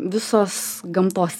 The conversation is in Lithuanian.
visos gamtos